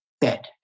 bed